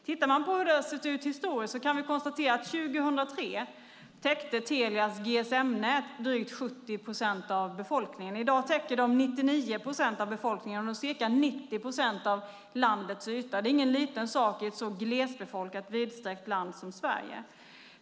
Tittar vi på hur det har sett ut historiskt kan vi konstatera att Telias GSM-nät år 2003 täckte drygt 70 procent av befolkningen. I dag täcks 99 procent av befolkningen och ca 90 procent av landets yta. Det är ingen liten sak i ett så glesbefolkat, vidsträckt land som Sverige.